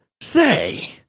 say